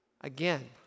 again